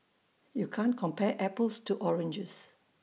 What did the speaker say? you can't compare apples to oranges